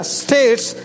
states